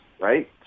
right